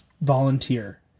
volunteer